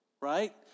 right